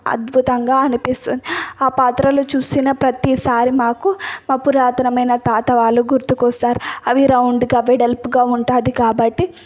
అద్భుతంగా అనిపిస్తుంది ఆ పాత్రలు చూసిన ప్రతిసారి మాకు మాపురాతనమైన తాత వాళ్ళు గుర్తుకొస్తారు అవి రౌండ్గా వెడల్పుగా ఉంటుంది కాబట్టి